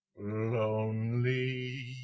lonely